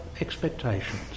expectations